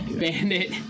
Bandit